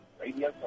Radio